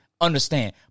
understand